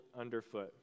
underfoot